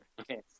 Okay